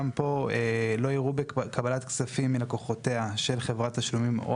גם פה "לא יראו בקבלת כספים מלקוחותיה של חברת תשלומים או